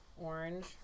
orange